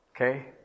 Okay